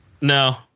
No